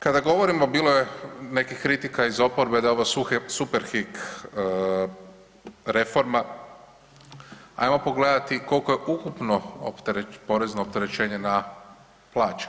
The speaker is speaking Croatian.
Kada govorimo bili je nekih kritika iz oporbe da je ovo super hik reforma, ajmo pogledati koji je ukupno porezno opterećenje na plaće.